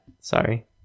Sorry